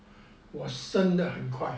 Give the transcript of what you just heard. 我升得很快